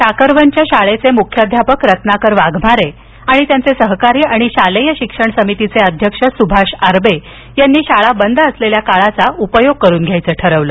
टाकरवनच्या शाळेचे मुख्याध्यापक रत्नाकर वाघमारे त्यांचे सहकारी आणि शालेय शिक्षण समिती अध्यक्ष सुभाष आरबे यांनी शाळा बंद असलेल्या काळाचा उपयोग करून घ्यायचं ठरवलं